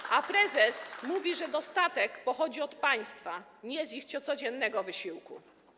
Tymczasem prezes mówi, że dostatek pochodzi od państwa, nie z ich codziennego wysiłku.